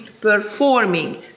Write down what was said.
performing